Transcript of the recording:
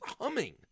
humming